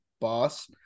boss